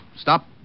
stop